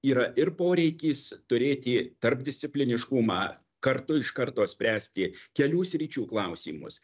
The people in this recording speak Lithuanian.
yra ir poreikis turėti tarpdiscipliniškumą kartu iš karto spręsti kelių sričių klausimus